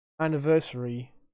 anniversary